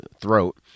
throat